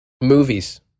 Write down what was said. Movies